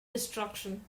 destruction